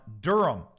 Durham